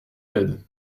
l’aide